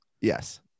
Yes